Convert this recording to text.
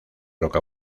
roca